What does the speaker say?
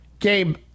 Gabe